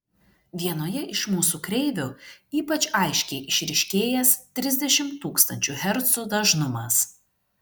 vienoje iš mūsų kreivių ypač aiškiai išryškėjęs trisdešimt tūkstančių hercų dažnumas